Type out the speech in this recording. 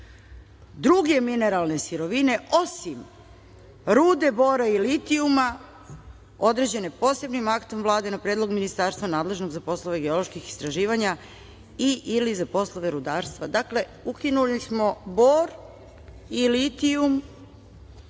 druge mineralne sirovine, osim rude bora i litijuma, određene posebnim aktom Vlade, na predlog ministarstva nadležnog za poslove geoloških istraživanja i ili za poslove rudarstva. Dakle, ukinuli smo bor i litijum.